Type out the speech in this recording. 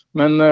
men